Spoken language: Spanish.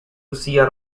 lucía